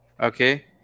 Okay